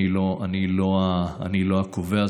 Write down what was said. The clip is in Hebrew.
אני לא הקובע,